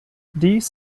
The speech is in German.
dies